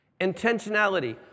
Intentionality